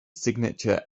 signature